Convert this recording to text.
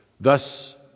Thus